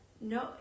no